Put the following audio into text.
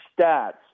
stats